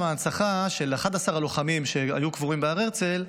הנצחה של 11 הלוחמים שהיו קבורים בהר הרצל,